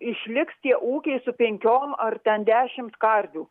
išliks tie ūkiai su penkiom ar ten dešimt karvių